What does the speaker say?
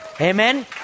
Amen